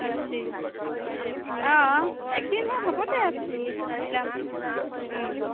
বেছি অঁ একদিনহে হ'বদে মিলাম